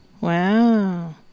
Wow